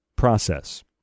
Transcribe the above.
process